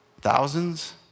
Thousands